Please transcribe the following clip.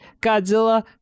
Godzilla